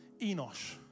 Enosh